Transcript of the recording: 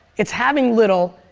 it's having little,